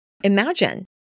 Imagine